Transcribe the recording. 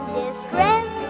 distress